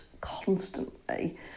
constantly